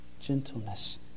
gentleness